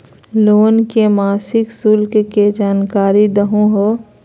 Loan के मासिक शुल्क के जानकारी दहु हो?